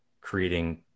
creating